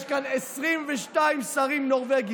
יש כאן 22 שרים נורבגים,